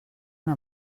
una